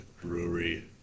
brewery